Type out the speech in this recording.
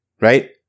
right